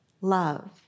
love